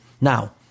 Now